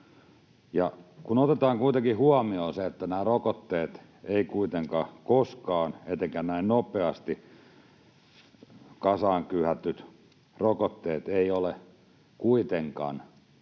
Kun otetaan huomioon se, että nämä rokotteet eivät koskaan ole, etenkään näin nopeasti kasaan kyhätyt rokotteet, sataprosenttisen